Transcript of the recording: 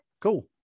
Cool